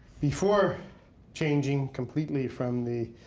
before changing completely from the